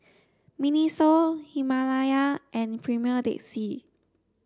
Miniso Himalaya and Premier Dead Sea